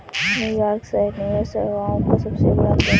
New York शहर निवेश सेवाओं का सबसे बड़ा केंद्र है